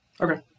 Okay